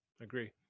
agree